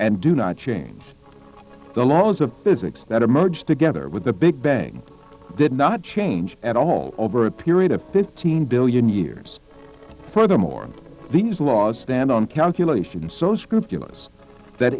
and do not change the laws of physics that emerged together with the big bang did not change at all over a period of fifteen billion years furthermore these laws stand on calculation so scrupulous that